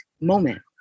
moment